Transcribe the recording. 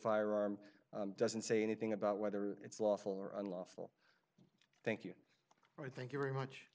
firearm doesn't say anything about whether it's lawful or unlawful thank you or thank you very much